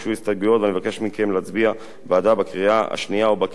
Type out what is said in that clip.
ואני מבקש מכם להצביע בעדה בקריאה השנייה ובקריאה השלישית.